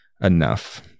enough